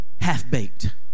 half-baked